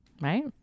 Right